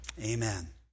amen